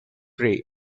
prey